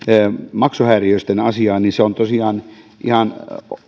maksuhäiriöisten asiaan niin se on tosiaan ihan